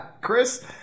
Chris